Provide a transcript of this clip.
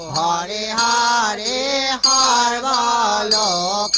ah da ah da da da